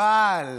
אבל,